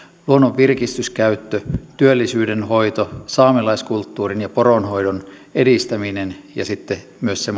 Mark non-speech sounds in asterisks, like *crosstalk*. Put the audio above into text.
luonnon virkistyskäyttö työllisyyden hoito saamelaiskulttuurin ja poronhoidon edistäminen ja sitten myös se *unintelligible*